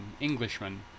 Englishman